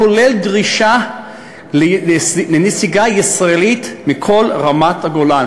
כולל דרישה לנסיגה ישראלית מכל רמת-הגולן.